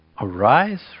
Arise